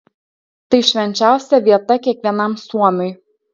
tai švenčiausia vieta kiekvienam suomiui